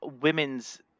women's